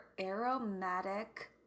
aromatic